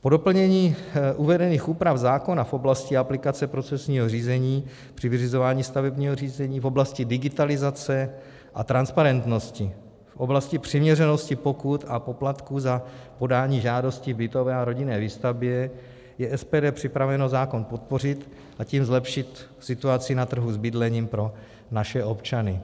Po doplnění uvedených úprav zákona v oblasti aplikace procesního řízení při vyřizování stavebního řízení v oblasti digitalizace a transparentnosti, v oblasti přiměřenosti pokut a poplatků za podání žádosti v bytové a rodinné výstavbě je SPD připraveno zákon podpořit, a tím zlepšit situaci na trhu s bydlením pro naše občany.